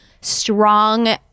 strong